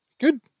Good